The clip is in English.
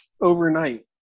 overnight